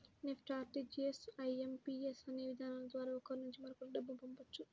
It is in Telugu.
నెఫ్ట్, ఆర్టీజీయస్, ఐ.ఎం.పి.యస్ అనే విధానాల ద్వారా ఒకరి నుంచి మరొకరికి డబ్బును పంపవచ్చు